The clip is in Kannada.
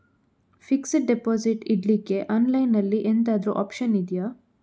ಫಿಕ್ಸೆಡ್ ಡೆಪೋಸಿಟ್ ಇಡ್ಲಿಕ್ಕೆ ಆನ್ಲೈನ್ ಅಲ್ಲಿ ಎಂತಾದ್ರೂ ಒಪ್ಶನ್ ಇದ್ಯಾ?